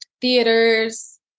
theaters